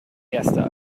erster